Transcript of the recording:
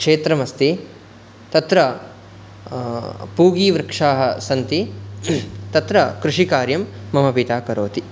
क्षेत्रम् अस्ति तत्र पूगवृक्षाः सन्ति तत्र कृषिकार्यं मम पिता करोति